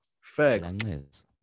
Facts